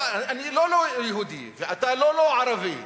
אני לא לא-יהודי, ואתה לא לא-ערבי.